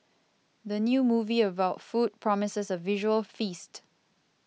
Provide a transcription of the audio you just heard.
the new movie about food promises a visual feast